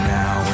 now